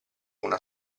una